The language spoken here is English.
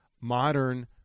modern